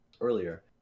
earlier